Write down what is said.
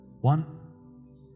One